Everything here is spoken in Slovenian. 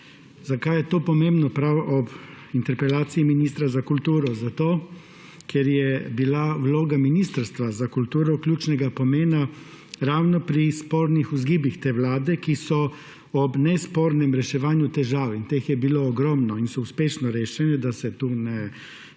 Zakaj je to pomembno prav ob interpelaciji ministra za kulturo? Zato, ker je bila vloga Ministrstva za kulturo ključnega pomena ravno pri spornih vzgibih te vlade, ki so ob nespornem reševanju težav – in teh je bilo ogromno in so uspešno rešene, da se tu ne